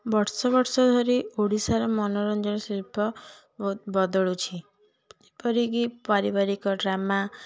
ବର୍ଷ ବର୍ଷ ଧରି ଓଡ଼ିଶାର ମନୋରଞ୍ଜନ ଶିଳ୍ପ ବ ବଦଳୁଛି ଏପରିକି ପାରିବାରିକ ଡ୍ରାମା